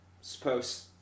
Supposed